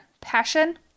passion